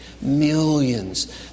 millions